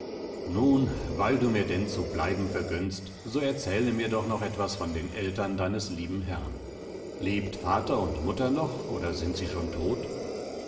nun weil du mir denn zu bleiben vergönnst so erzähle mir doch noch etwas von den eltern deines lieben herrn lebt vater und mutter noch oder sind sie schon tot